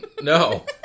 No